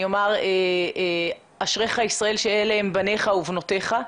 אני אומר שאשריך ישראל שאלה הם בניך ובנותיך.